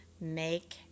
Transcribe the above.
make